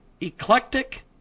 Eclectic